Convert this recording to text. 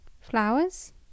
Flowers